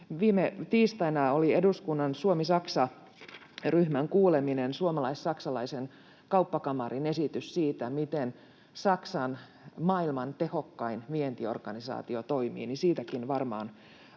viime tiistaina oli eduskunnan Suomi—Saksa-ryhmän kuuleminen, Saksalais-Suomalaisen Kauppakamarin esitys siitä, miten Saksan maailman tehokkain vientiorganisaatio toimii, niin siitäkin varmaan